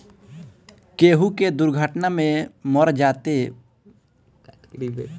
केहू के दुर्घटना में मर जात बाटे तअ इ ओकरी परिवार के पईसा देत हवे